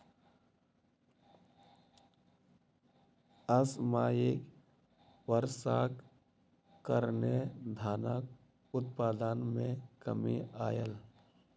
असामयिक वर्षाक कारणें धानक उत्पादन मे कमी आयल